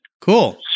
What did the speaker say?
Cool